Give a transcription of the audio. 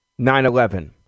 9-11